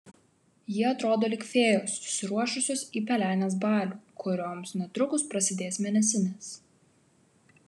jie atrodo lyg fėjos susiruošusios į pelenės balių kurioms netrukus prasidės mėnesinės